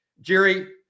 Jerry